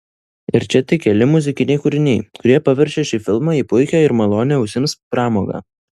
ir čia tik keli muzikiniai kūriniai kurie paverčia šį filmą į puikią ir malonią ausims pramogą